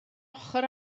ochr